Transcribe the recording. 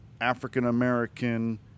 African-American